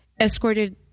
escorted